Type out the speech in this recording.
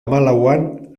hamalauan